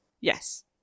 Yes